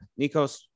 Nikos